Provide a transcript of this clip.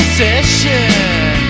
session